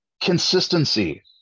consistency